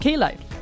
K-life